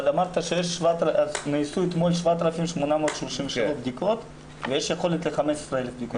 אמרת שנערכו אתמול 7,838 בדיקות ויש יכולת לערוך 15,000 בדיקות.